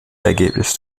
ergebnis